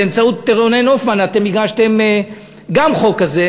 באמצעות רונן הופמן אתם הגשתם גם חוק כזה,